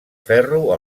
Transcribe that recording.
ferro